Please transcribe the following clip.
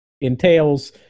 entails